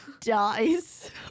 dies